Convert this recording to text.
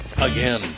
Again